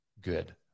good